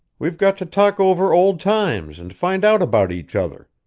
we've got to talk over old times and find out about each other.